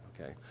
okay